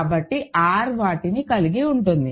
కాబట్టి R వాటిని కలిగి ఉంటుంది